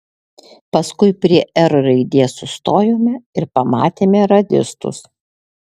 paskui prie r raidės sustojome ir pamatėme radistus